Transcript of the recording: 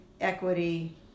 equity